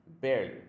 Barely